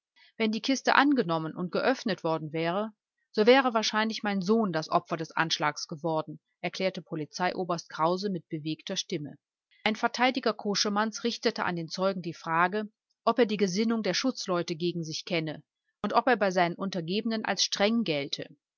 wenn die kiste angenommen und geöffnet worden wäre so wäre wahrscheinlich mein sohn das opfer des anschlags geworden erklärte polizeioberst krause mit bewegter stimme ein verteidiger koschemanns richtete an den zeugen die frage ob er die gesinnung der schutzleute gegen sich kenne und ob er bei seinen untergebenen als streng gelte